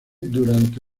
durante